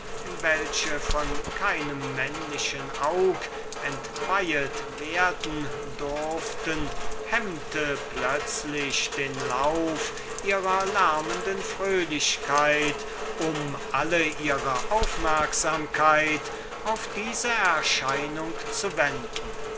feste welches kein männliches aug entweihen durfte hemmte plötzlich den lauf ihrer lärmenden fröhlichkeit um alle ihre aufmerksamkeit auf diese erscheinung zu wenden